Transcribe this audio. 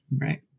Right